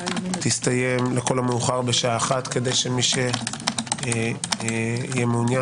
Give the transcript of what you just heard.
תסתיים היום לכל המאוחר ב-13:00 כדי שמי שיהיה מעוניין,